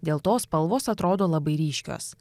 dėl to spalvos atrodo labai ryškios